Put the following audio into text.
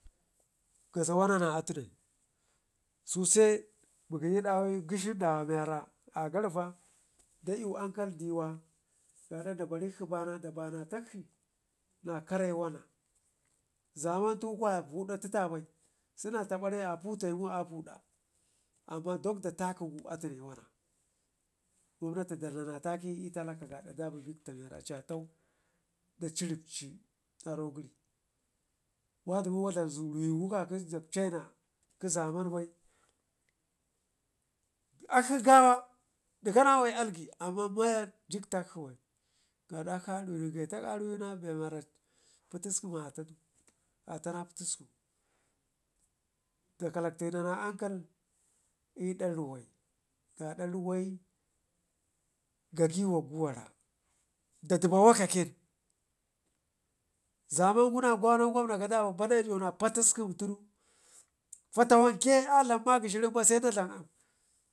kaza wana na'atune suse mugəyi dawi gheshi dawa mewara agarva da iwe hankal diwa gaada dabarikshi bana da banatakshi na kare wana, zaman tu ku huda tita bai sena tabare ɗaputai wun a puda amma dakda takəne atune wanna, gwamnati dan na na dakə dabi bikta mewara aci a tau daciribci na aro gəri waduma wa dlam ruwegu kakə dak china kə zaman bai, akshi gawa dikka na awayu alge amman maya jiktakci bai gaada nen gai tak aruwe na bemi Patiskumu atadu atana Patiskumu, da kalactinana ankal i'da ruwai gaada ruwai gagawakg wara dadəba wakakən zaman gu na gwannan gwamnan badejo na Patiskum tunu fatawanke a dlam magə shirin bai seda dlam aam